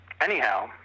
Anyhow